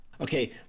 Okay